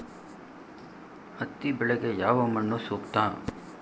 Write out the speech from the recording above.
ಹತ್ತಿ ಬೆಳೆಗೆ ಯಾವ ಮಣ್ಣು ಸೂಕ್ತ?